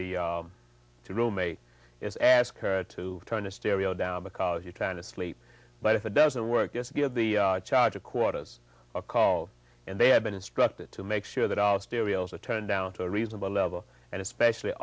the the roommate is ask her to turn the stereo down because you're trying to sleep but if it doesn't work yes give the charger quarters a call and they have been instructed to make sure that i'll still be able to turn down to a reasonable level and especially